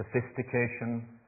sophistication